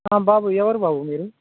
బాబు ఎవరు బాబు మీరు